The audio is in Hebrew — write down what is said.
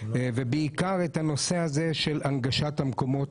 ובעיקר הנושא הזה של הנגשת המקומות